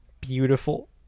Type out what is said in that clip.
beautiful